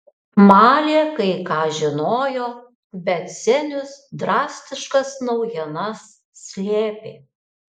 malė kai ką žinojo bet zenius drastiškas naujienas slėpė